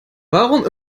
warum